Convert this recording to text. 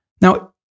now